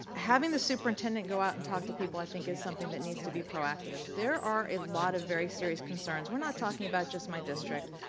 having the superintendent go out and talk to people i think is something that needs to be proactive. there are a lot of very serious concerns, we're not talking about just my district.